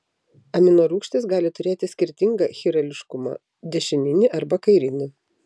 aminorūgštys gali turėti skirtingą chirališkumą dešininį arba kairinį